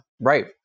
right